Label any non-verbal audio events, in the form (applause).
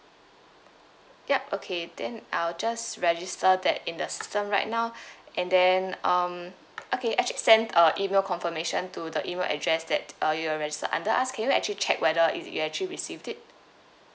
ya okay then I will just register that in the system right now (breath) and then um okay I actually sent a email confirmation to the email address that uh you registered under us can you actually check whether if you actually received it